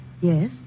Yes